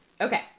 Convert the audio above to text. Okay